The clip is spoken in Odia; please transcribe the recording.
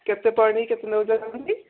କେତେ କେତେ ନେଉଛ କେମିତି